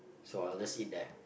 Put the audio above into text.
so I'll just eat that